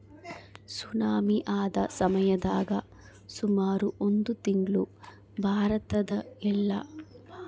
tsunami ಆದ ಸಮಯದಾಗ ಸುಮಾರು ಒಂದು ತಿಂಗ್ಳು ಭಾರತದಗೆಲ್ಲ ಮೀನುಗಾರಿಕೆಗೆ ಹೋಗದಂಗ ತಡೆದಿದ್ರು